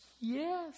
Yes